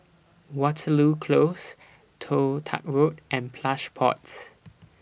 Waterloo Close Toh Tuck Road and Plush Pods